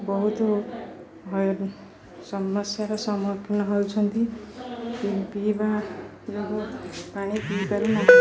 ବହୁତ ସମସ୍ୟାର ସମ୍ମୁଖୀନ ହେଉଛନ୍ତି ପିଇବା ଯୋଗୁଁ ପାଣି ପିଇପାରୁ ନାହିଁ